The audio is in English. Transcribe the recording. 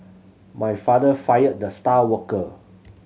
my father fired the star worker